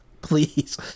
Please